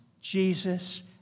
Jesus